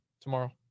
tomorrow